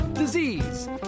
Disease